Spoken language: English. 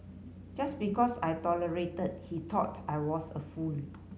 just because I tolerated he thought I was a fool